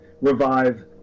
revive